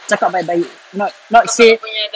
cakap baik-baik not not say